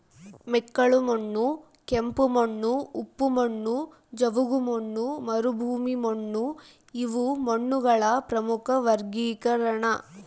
ಮೆಕ್ಕಲುಮಣ್ಣು ಕೆಂಪುಮಣ್ಣು ಉಪ್ಪು ಮಣ್ಣು ಜವುಗುಮಣ್ಣು ಮರುಭೂಮಿಮಣ್ಣುಇವು ಮಣ್ಣುಗಳ ಪ್ರಮುಖ ವರ್ಗೀಕರಣ